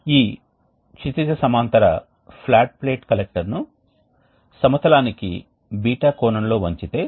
కాబట్టి ఈ ప్రక్రియ కొనసాగుతుంది మరియు మేము నిల్వ మాధ్యమం ద్వారా వేడి ప్రవాహం నుండి చల్లని ప్రవాహానికి ఉష్ణ మార్పిడిని పొందుతాము